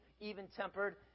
even-tempered